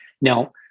Now